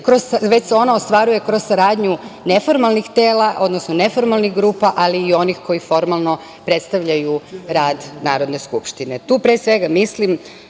već se ona ostvaruje kroz saradnju neformalnih tela, odnosno, neformalnih grupa ali i onih koji formalno predstavljaju rad Narodne skupštine. Pre svega, tu mislim